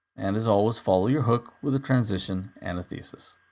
and as always, follow your hook with a transition and thesis.